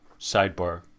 sidebar